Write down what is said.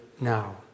now